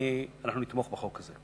אנחנו נתמוך בחוק הזה.